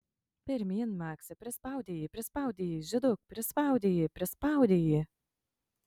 pirmyn maksi prispaudei jį prispaudei jį žyduk prispaudei jį prispaudei jį